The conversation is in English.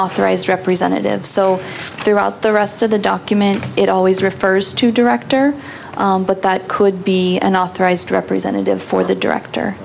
authorized representative so throughout the rest of the document it always refers to director but that could be an authorized representative for the director